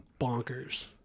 bonkers